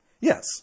Yes